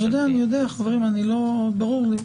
ברור לי.